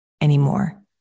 anymore